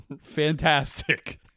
Fantastic